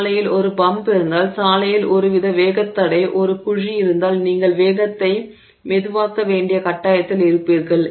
சாலையில் ஒரு பம்ப் இருப்பதால் சாலையில் ஒருவித வேகத்தடை ஒரு குழி இருந்தால் நீங்கள் வேகத்தை மெதுவாக்க வேண்டிய கட்டாயத்தில் இருப்பீர்கள்